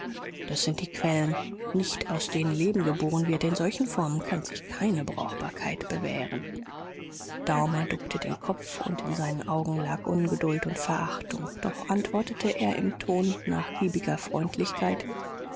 das sind die quellen nicht aus denen leben geboren wird in solchen formen kann sich keine brauchbarkeit bewähren daumer duckte den kopf und in seinen augen lag ungeduld und verachtung doch antwortete er im ton nachgiebiger freundlichkeit